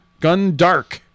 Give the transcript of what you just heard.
Gundark